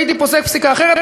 הייתי פוסק פסיקה אחרת.